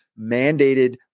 mandated